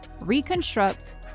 Reconstruct